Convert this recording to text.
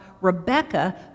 Rebecca